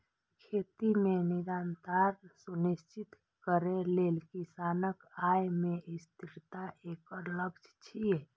खेती मे निरंतरता सुनिश्चित करै लेल किसानक आय मे स्थिरता एकर लक्ष्य छियै